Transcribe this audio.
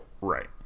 Right